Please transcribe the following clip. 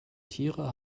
tiere